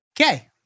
Okay